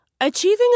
Achieving